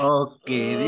okay